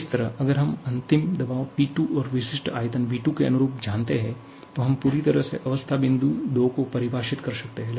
इसी तरह अगर हम अंतिम दबाव P2 और विशिष्ट आयतन V2के अनुरूप जानते हैं तो हम पूरी तरह से अवस्था बिंदु 2 को परिभाषित कर सकते हैं